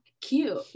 cute